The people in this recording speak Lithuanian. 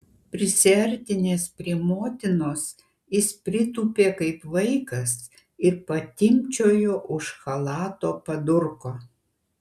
prisiartinęs prie motinos jis pritūpė kaip vaikas ir patimpčiojo už chalato padurko